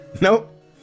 Nope